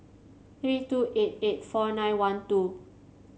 three two eight eight four nine one two